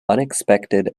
unexpected